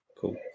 Cool